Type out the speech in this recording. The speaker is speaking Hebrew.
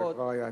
זה כבר היה.